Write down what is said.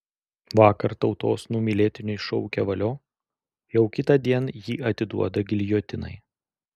vakar tautos numylėtiniui šaukę valio jau kitądien jį atiduoda giljotinai